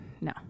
no